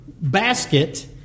Basket